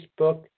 Facebook